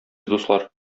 дуслар